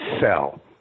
sell